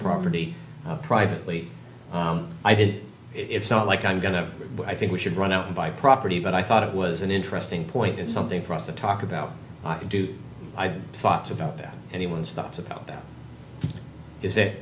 property privately i did it's not like i'm going to i think we should run out and buy property but i thought it was an interesting point and something for us to talk about do thoughts about that anyone's thoughts about that is